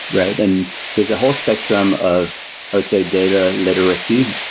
right? and there's a whole spectrum of let's say data literacy.